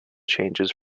changes